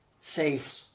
safe